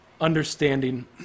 understanding